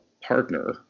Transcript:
partner